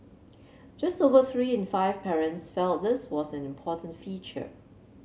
just over three in five parents felt this was an important feature